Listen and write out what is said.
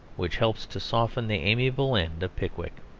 which helps to soften the amiable end of pickwick.